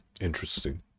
interesting